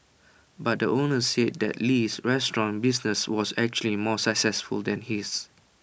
but the owner said that Li's restaurant business was actually more successful than his